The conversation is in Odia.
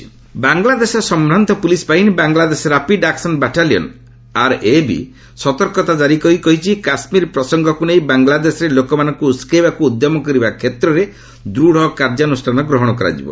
ଢାକା କାଶ୍ମୀର ବାଂଲାଦେଶର ସମ୍ଭାନ୍ତ ପୁଲିସ୍ ବାହିନୀ Bangladesh rapid action battalion RAB ସତର୍କତା ଜାରି କରି କହିଛନ୍ତି କାଶ୍ମୀର ପ୍ରସଙ୍ଗକୁ ନେଇ ବାଂଲାଦେଶରେ ଲୋକମାନଙ୍କୁ ଉସ୍କେଇବାକୁ ଉଦ୍ୟମ କରିବା କ୍ଷେତ୍ରରେ ଦୂଢ଼ କାର୍ଯ୍ୟାନୁଷ୍ଠାନ ଗ୍ରହଣ କରାଯିବ